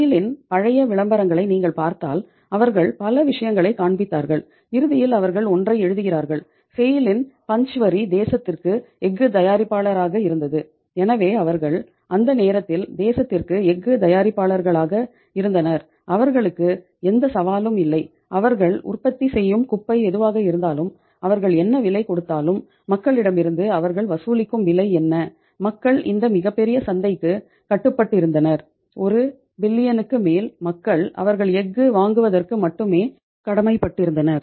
செய்ல் மேல் மக்கள் அவர்கள் எஃகு வாங்குவதற்கு மட்டுமே கடமைப்பட்திருந்தனர்